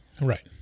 Right